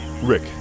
Rick